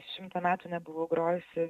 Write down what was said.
šimtą metų nebuvau grojusi